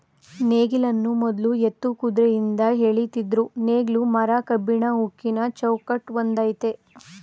ನೇಗಿಲನ್ನು ಮೊದ್ಲು ಎತ್ತು ಕುದ್ರೆಯಿಂದ ಎಳಿತಿದ್ರು ನೇಗ್ಲು ಮರ ಕಬ್ಬಿಣ ಉಕ್ಕಿನ ಚೌಕಟ್ ಹೊಂದಯ್ತೆ